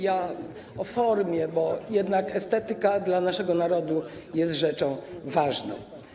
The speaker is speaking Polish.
Ja o formie, bo jednak estetyka dla naszego narodu jest rzeczą ważną.